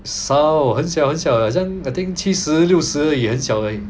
少很小很小很像 I think 七十六十很小而已